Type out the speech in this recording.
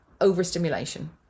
overstimulation